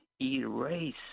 erase